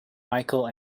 micheal